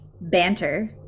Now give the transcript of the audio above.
banter